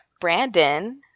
brandon